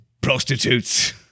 prostitutes